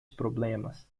problemas